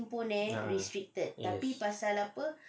ah yes